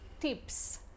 tips